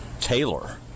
Taylor